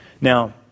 Now